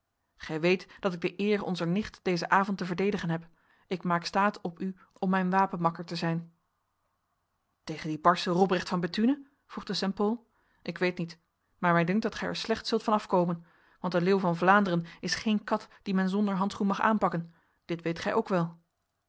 gij weet dat ik de eer onzer nicht deze avond te verdedigen heb ik maak staat op u om mijn wapenmakker te zijn tegen die barse robrecht van bethune vroeg de st pol ik weet niet maar mij dunkt dat gij er slecht zult van afkomen want de leeuw van vlaanderen is geen kat die men zonder handschoen mag aanpakken dit weet gij ook wel